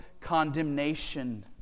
condemnation